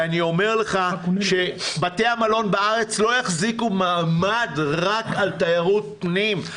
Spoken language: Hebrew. ואני אומר לך שבתי המלון בארץ לא יחזיקו מעמד רק על תיירות פנים.